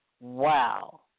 Wow